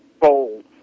bold